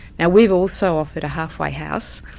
now we've also offered a half-way house,